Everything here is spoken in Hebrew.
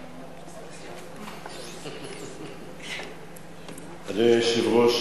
אדוני היושב-ראש,